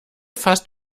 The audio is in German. fasst